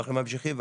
ואנחנו ממשיכים.